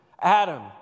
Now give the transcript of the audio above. Adam